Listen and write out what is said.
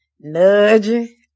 Nudging